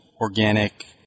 organic